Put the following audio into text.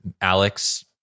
Alex